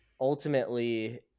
ultimately